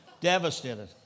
devastated